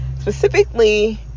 Specifically